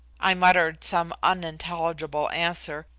i muttered some unintelligible answer,